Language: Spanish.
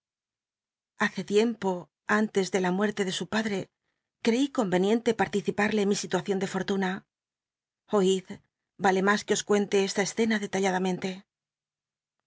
hace tiempo mies de la muerte de su padre crcí comcnicnlc partici al'lc mi siluacion de fortuna oid ya le mas que os cuente esta escena detal